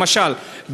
למשל,